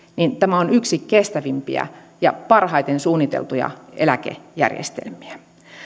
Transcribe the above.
yksi kestävimpiä ja parhaiten suunniteltuja eläkejärjestelmiä